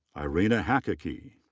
irina hacecky.